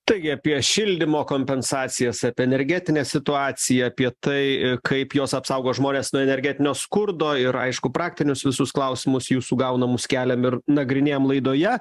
taigi apie šildymo kompensacijas apie energetinę situaciją apie tai kaip jos apsaugo žmones nuo energetinio skurdo ir aišku praktinius visus klausimus jūsų gaunamus keliam ir nagrinėjam laidoje